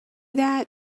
that